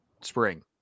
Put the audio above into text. spring